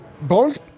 Bones